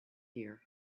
here